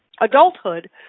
adulthood